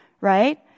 right